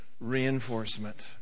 reinforcement